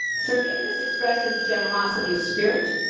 forgiveness expresses generosity of spirit,